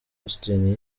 austin